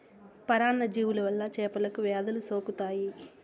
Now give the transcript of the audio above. పరాన్న జీవుల వల్ల చేపలకు వ్యాధులు సోకుతాయి